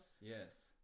yes